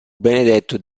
benedetto